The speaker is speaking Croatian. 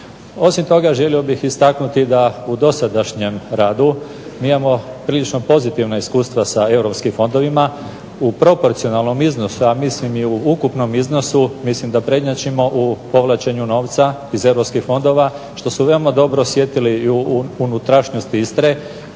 Osim toga želio bih istaknuti da u dosadašnjem radu mi imamo prilično pozitivna iskustva sa europskim fondovima u proporcionalnom iznosu, a mislim i u ukupnom iznosu mislim da prednjačimo u povlačenju novca iz europskih fondova što su veoma dobro osjetili i u unutrašnjosti Istre